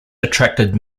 attracted